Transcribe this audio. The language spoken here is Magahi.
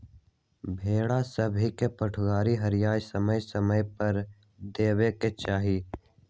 भेड़ा सभके पुठगर हरियरी समय समय पर देबेके चाहि